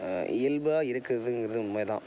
இயல்பாக இருக்குறதுங்கிறது உண்மைதான்